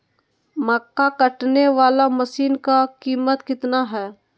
मक्का कटने बाला मसीन का कीमत कितना है?